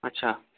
अच्छा